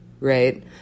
right